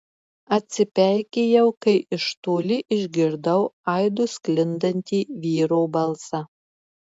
atsipeikėjau kai iš toli išgirdau aidu sklindantį vyro balsą